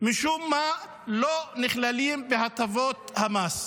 משום מה לא נכללים בהטבות המס.